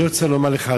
אני רוצה לומר לך,